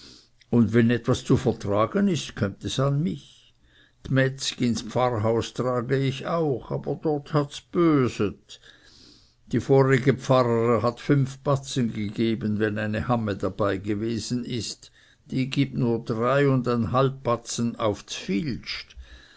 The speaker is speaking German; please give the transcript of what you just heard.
und wenn etwas zu vertragen ist kömmt es an mich die metzg ins pfarrhaus trage ich auch aber dort hats böset die vorige pfarrere hat fünf batzen gegeben wenn eine hamme dabeigewesen ist die gibt nur dreieinhalb batzen auf